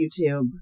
YouTube